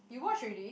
you watch already